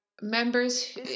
Members